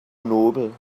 nobel